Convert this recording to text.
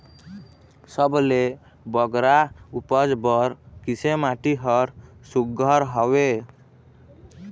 सबले बगरा उपज बर किसे माटी हर सुघ्घर हवे?